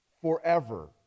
forever